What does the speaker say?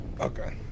Okay